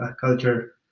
culture